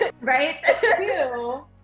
Right